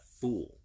fool